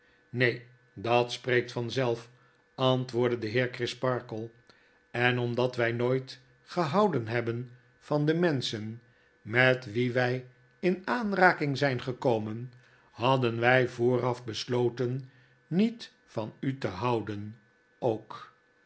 neen dat spreekt vanzelf antwoordde de heer crisparkle het geheim van edwin drood en omdat wy nooit gehouden hebben van de menschen met wie wi in aanraking zijn gekomen hadden wy vooraf besloten niet van u te houden ook